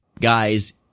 guys